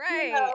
Right